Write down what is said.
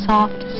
Soft